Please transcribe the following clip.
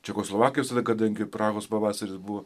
čekoslovakijos kadangi prahos pavasaris buvo